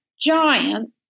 giant